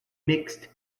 mixed